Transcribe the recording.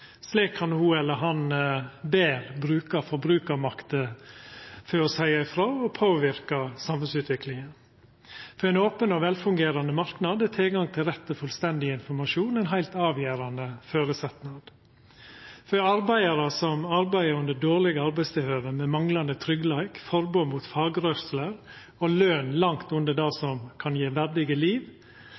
Slik kan ho eller han betre bruka forbrukarmakta for å seia ifrå og påverka samfunnsutviklinga. For ein open og vel fungerande marknad er tilgangen til rett og fullstendig informasjon ein heilt avgjerande føresetnad. For arbeidarar som arbeider under dårlege arbeidstilhøve, med manglande tryggleik, forbod mot fagrørsle og løn langt under det som kan gje verdige liv,